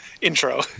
intro